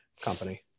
company